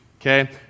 okay